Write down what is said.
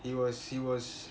he was he was